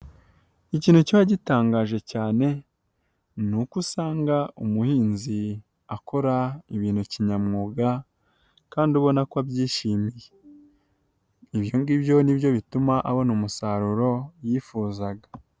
Ikintu kiba gitangaje cyane, ni uko usanga umuhinzi akora ibintu kinyamwuga, kandi ubona ko abyishimiye. Nibyo bituma abona umusaruro yifuzaga.